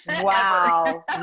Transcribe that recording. Wow